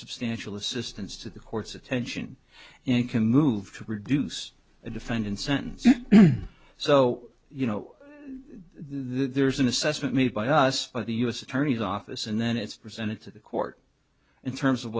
substantial assistance to the court's attention and can move to reduce the defendant sentence so you know there's an assessment made by us by the u s attorney's office and then it's presented to the court in terms of